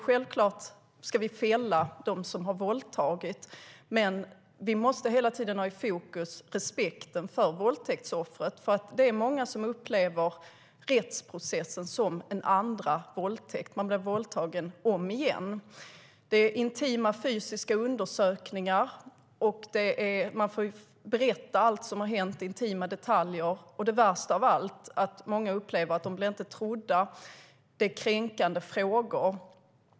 Självklart ska vi fälla de som har våldtagit, men vi måste hela tiden ha respekten för våldtäktsoffret i fokus. Det är många som upplever rättsprocessen som en andra våldtäkt. Man blir våldtagen om igen. Det handlar om intima fysiska undersökningar, och man får berätta allt som har hänt - intima detaljer. Det värsta av allt är att många upplever att de inte blir trodda; det är kränkande frågor.